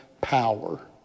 power